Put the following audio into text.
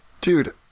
Dude